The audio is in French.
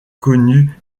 connu